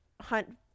Hunt